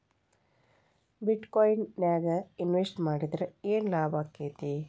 ಬಿಟ್ ಕೊಇನ್ ನ್ಯಾಗ್ ಇನ್ವೆಸ್ಟ್ ಮಾಡಿದ್ರ ಯೆನ್ ಲಾಭಾಕ್ಕೆತಿ?